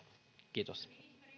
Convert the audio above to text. kiitos